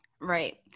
right